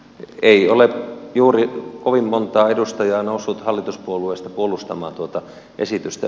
ei ole juuri kovin montaa edustajaa noussut hallituspuolueista puolustamaan tuota esitystä